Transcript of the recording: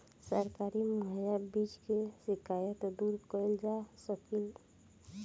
सरकारी मुहैया बीज के शिकायत दूर कईल जाला कईसे?